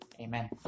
Amen